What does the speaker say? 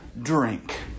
drink